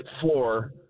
floor